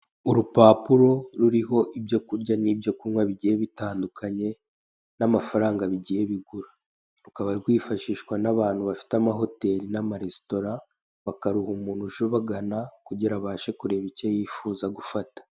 Urupapuro ruriho ibyo kurya n'ibyo kunywa bigiye bitandukanye n'amafaranga bigura rukaba rwifashishw n'abantu bafite amahoteri n'amaresitora bakaruha umuntu uje ubagana kugira abashe icyo yifuza gufata.